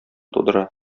тудыра